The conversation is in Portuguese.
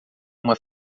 uma